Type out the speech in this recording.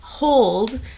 Hold